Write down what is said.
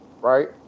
right